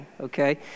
okay